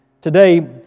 Today